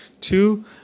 Two